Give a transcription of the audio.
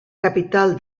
capital